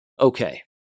Okay